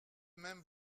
même